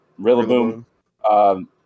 Rillaboom